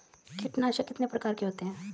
कीटनाशक कितने प्रकार के होते हैं?